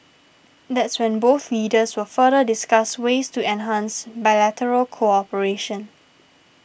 that's when both leaders will further discuss ways to enhance bilateral cooperation